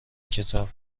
کتاب